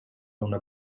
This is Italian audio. una